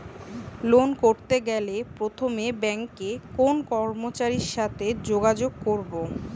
Loan করতে গেলে প্রথমে ব্যাঙ্কের কোন কর্মচারীর সাথে যোগাযোগ করব?